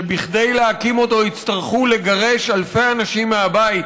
כדי להקים אותו יצטרכו לגרש אלפי אנשים מהבית.